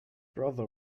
brother